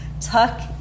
Tuck